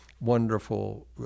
wonderful